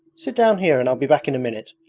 sit down here and i'll be back in a minute.